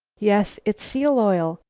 yes, it's seal-oil.